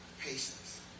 Patience